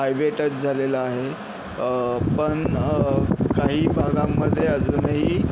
highway touch झालेला आहे पण काही भागामध्ये अजूनही